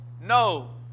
no